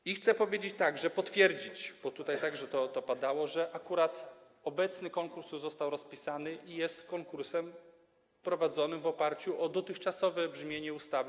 I chcę powiedzieć, także potwierdzić, bo tutaj także to padało, że akurat obecny konkurs został już rozpisany i jest konkursem prowadzonym w oparciu o dotychczasowe brzmienie ustawy.